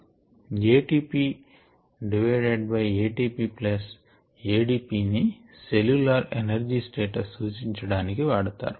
A T P divided by A T P plus A D P ని cellular energy status సూచించడానికి వాడతారు